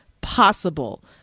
possible